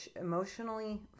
emotionally